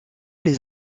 les